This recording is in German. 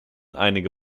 einige